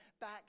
back